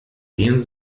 gehn